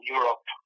Europe